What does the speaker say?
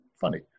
funny